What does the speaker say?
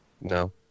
No